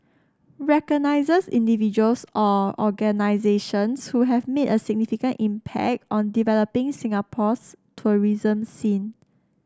recognises individuals or organisations who have made a significant impact on developing Singapore's tourism scene